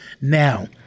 now